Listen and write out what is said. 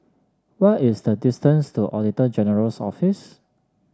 what is the distance to Auditor General's Office